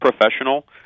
professional